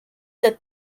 that